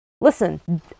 listen